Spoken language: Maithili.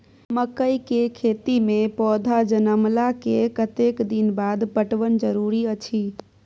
मकई के खेती मे पौधा जनमला के कतेक दिन बाद पटवन जरूरी अछि?